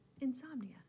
insomnia